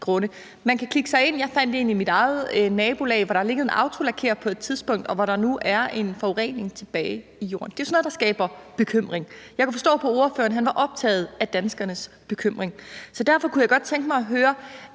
Man kan klikke sig ind, og jeg fandt en i mit eget nabolag, hvor der har ligget en autolakerer på et tidspunkt, og hvor der nu er en forurening tilbage i jorden. Det er jo sådan noget, der skaber bekymring. Jeg kunne forstå på ordføreren, at han var optaget af danskernes bekymring, så derfor kunne jeg godt tænke mig at høre: